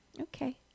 okay